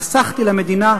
חסכתי למדינה,